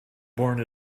born